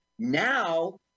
Now